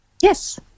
Yes